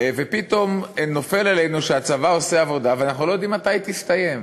ופתאום נופל עלינו שהצבא עושה עבודה ואנחנו לא יודעים מתי היא תסתיים.